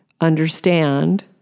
Understand